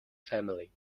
family